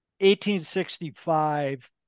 1865